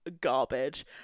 garbage